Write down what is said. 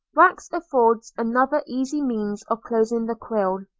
wax affords another easy means of closing the quill.